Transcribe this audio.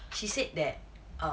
she said that um